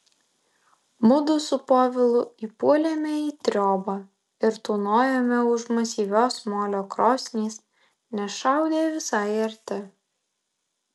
mudu su povilu įpuolėme į triobą ir tūnojome už masyvios molio krosnies nes šaudė visai arti